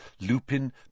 Lupin